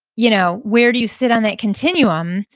you know where do you sit on that continuum?